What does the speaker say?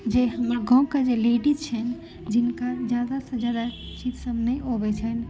जे हमर गाँवके जे लेडिज छनि जिनकर ज्यादासँ ज्यादा चीजसभ नहि अबैत छनि